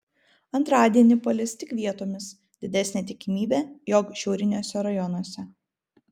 antradienį palis tik vietomis didesnė tikimybė jog šiauriniuose rajonuose